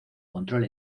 control